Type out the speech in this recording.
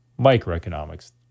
microeconomics